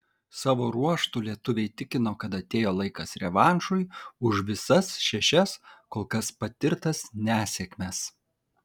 savo ruožtu lietuviai tikino kad atėjo laikas revanšui už visas šešias kol kas patirtas nesėkmes